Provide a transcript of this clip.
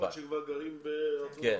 למרות שהם כבר גרים בארצות הברית.